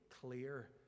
clear